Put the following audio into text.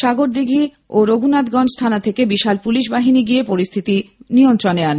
সাগরদীঘি ও রঘুনাথগঞ্জ থানা থেকে বিশাল পুলিশবাহিনী গিয়ে পরিস্থিতি নিয়ন্ত্রণে আনে